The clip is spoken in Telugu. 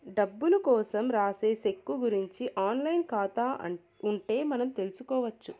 డబ్బులు కోసం రాసే సెక్కు గురుంచి ఆన్ లైన్ ఖాతా ఉంటే మనం తెల్సుకొచ్చు